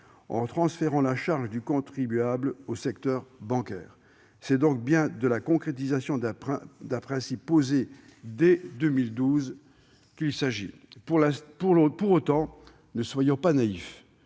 en transférant la charge du contribuable au secteur bancaire. Il s'agit donc bien de la concrétisation d'un principe posé dès 2012. Pour autant, ne soyons pas naïfs